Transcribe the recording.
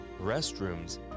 restrooms